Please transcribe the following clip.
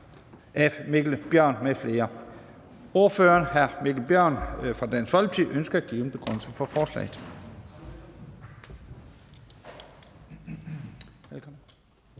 (Leif Lahn Jensen): Ordføreren, hr. Mikkel Bjørn fra Dansk Folkeparti, ønsker at give en begrundelse for forslaget.